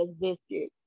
biscuit